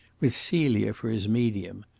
with celia for his medium.